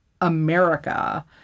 America